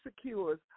secures